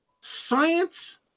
science